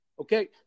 Okay